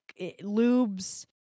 lubes